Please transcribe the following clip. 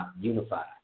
unified